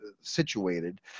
situated